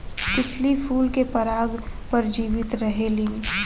तितली फूल के पराग पर जीवित रहेलीन